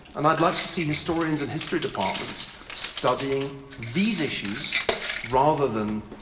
and i'd like to see historians and history departments studying these issues rather than,